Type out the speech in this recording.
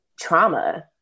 trauma